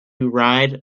ride